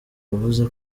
yavuze